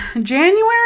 January